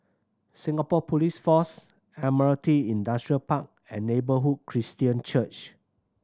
Singapore Police Force Admiralty Industrial Park and Neighbourhood Christian Church